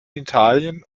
italien